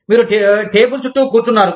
మీరు టేబుల్ చుట్టూ కూర్చున్నారు